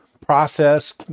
process